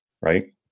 right